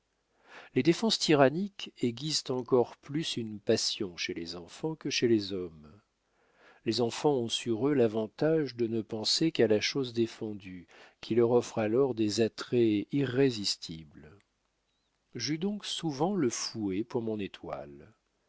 les défenses tyranniques aiguisent encore plus une passion chez les enfants que chez les hommes les enfants ont sur eux l'avantage de ne penser qu'à la chose défendue qui leur offre alors des attraits irrésistibles j'eus donc souvent le fouet pour mon étoile